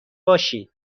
باشین